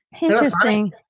interesting